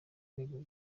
rwego